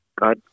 God